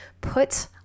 put